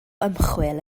ymchwil